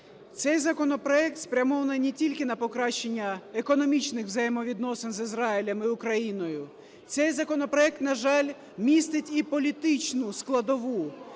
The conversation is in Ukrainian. Цей законопроект спрямований не тільки на покращення економічних взаємовідносин з Ізраїлем і Україною. Цей законопроект, на жаль, містить і політичну складову.